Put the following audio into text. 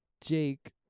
Jake